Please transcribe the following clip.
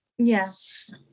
Yes